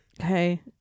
Okay